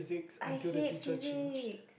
I hate physics